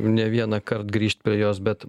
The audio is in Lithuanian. ne vienąkart grįžt prie jos bet